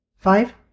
Five